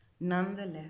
Nonetheless